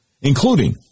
including